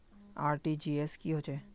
RTGS की होचए?